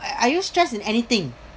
a~ are you stressed in anything